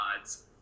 odds